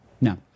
No